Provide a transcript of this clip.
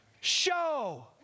show